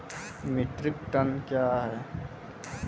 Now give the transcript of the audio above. Metric ton कया हैं?